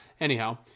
Anyhow